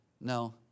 No